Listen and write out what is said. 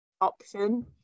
option